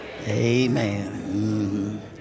Amen